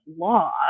law